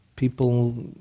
People